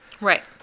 Right